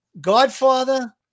Godfather